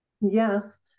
Yes